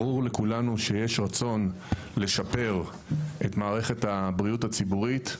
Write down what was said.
ברור לכולנו שיש רצון לשפר את מערכת הבריאות הציבורית,